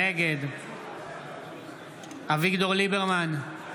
נגד אביגדור ליברמן, נגד